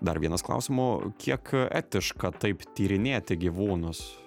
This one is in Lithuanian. dar vienas klausimo kiek etiška taip tyrinėti gyvūnus